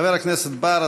חבר הכנסת בר,